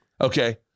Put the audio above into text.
Okay